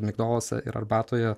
migdoluose ir arbatoje